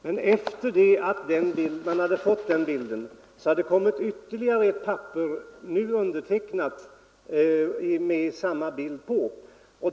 Men efter det att vi fått den bilden har det kommit ytterligare ett papper, nu undertecknat, med samma bild på.